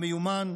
המיומן,